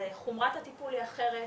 חומרת הטיפול היא אחרת,